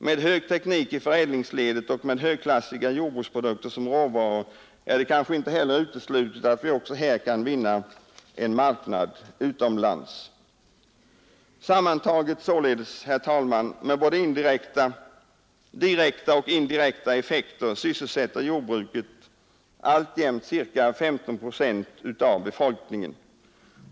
Med hög teknik i förädlingsledet och med högklassiga jordbruksproduktier som rävaror är det kanske inte heller uteslutet att vi också här kan vinna en marknad utomlands. Med både direkta och indirekta effekter sysselsätter således jordbruket, herr talman, ca 15 procent av befolkningen.